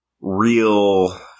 real